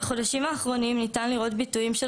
בחודשים האחרונים אפשר לראות ביטויים של